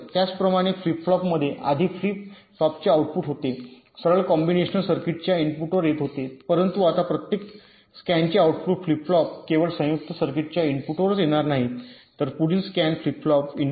त्याचप्रमाणे फ्लिप फ्लॉपमध्ये आधी फ्लिप फ्लॉपचे आउटपुट होते सरळ कॉम्बीनेशनल सर्किटच्या इनपुटवर येत आहे परंतु आता प्रत्येक स्कॅनचे आउटपुट फ्लिप फ्लॉप केवळ संयुक्त सर्किटच्या इनपुटवरच येणार नाही तर पुढील स्कॅन फ्लिप फ्लॉप इनपुट